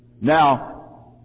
Now